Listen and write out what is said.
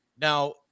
Now